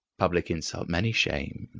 public insult, many shames,